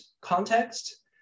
context